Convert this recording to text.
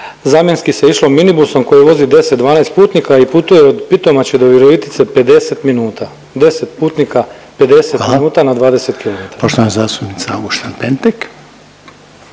zamjenski se išlo mini busom koji vozi 10-12 putnika i putuje od Pitomače do Virovitice 50 minuta, 10 putnika 50 minuta na 20 km.